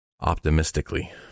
optimistically